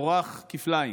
תבורך כפליים.